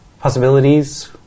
Possibilities